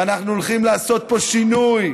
ואנחנו הולכים לעשות פה שינוי.